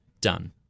done